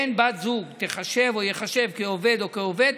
בן או בת זוג, תיחשב או ייחשב כעובד או כעובדת,